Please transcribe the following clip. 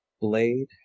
Blade